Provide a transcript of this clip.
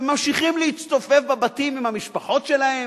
וממשיכים להצטופף בבתים עם המשפחות שלהם,